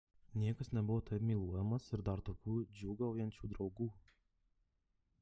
niekas nebuvo taip myluojamas ir dar tokių džiūgaujančių draugų